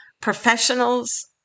professionals